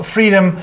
Freedom